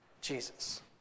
Jesus